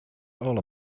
all